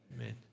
Amen